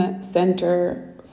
Center